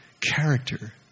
character